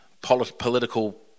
political